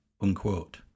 unquote